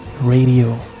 radio